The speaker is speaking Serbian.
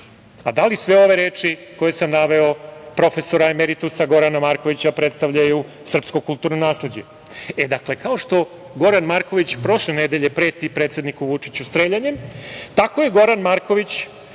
A da li sve ove reči koje sam naveo profesora emeritusa Gorana Markovića predstavljaju srpsko kulturno nasleđe? Kao što Goran Marković prošle nedelje preti predsedniku Vučiću streljanjem, tako je Goran Marković